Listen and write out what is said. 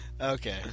Okay